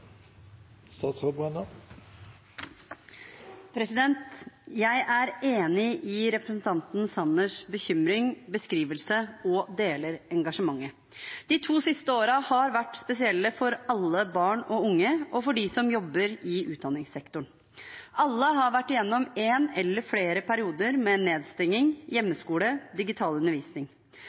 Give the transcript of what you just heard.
enig i representanten Sanners bekymring og beskrivelse og deler engasjementet. De to siste årene har vært spesielle for alle barn og unge og de som jobber i utdanningssektoren. Alle har vært igjennom en eller flere perioder med nedstenging, hjemmeskole og digital undervisning.